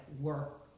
work